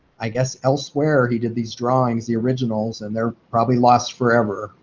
i guess, elsewhere or he did these drawings, the originals, and they're probably lost forever.